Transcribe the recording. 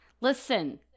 Listen